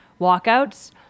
walkouts